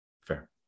Fair